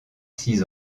six